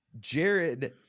Jared